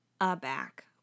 aback